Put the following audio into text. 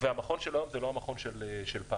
והמכון של היום זה לא המכון של פעם.